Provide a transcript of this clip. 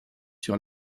sur